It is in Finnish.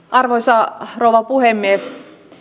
arvoisa rouva puhemies